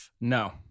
no